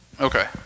Okay